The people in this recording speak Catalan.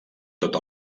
tot